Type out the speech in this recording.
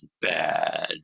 bad